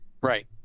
Right